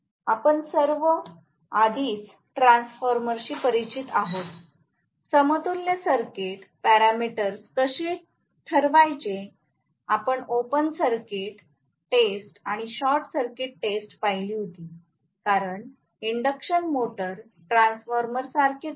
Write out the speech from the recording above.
आपण सर्व आधीच ट्रान्सफॉर्मरशी परिचित आहोत समतुल्य सर्किट पॅरामीटर्स कसे ठरवायचे आपण ओपन सर्किट टेस्ट आणि शॉर्ट सर्किट टेस्ट पाहिली होती कारण इंडक्शन मोटर ट्रान्सफॉर्मरसारखेच आहे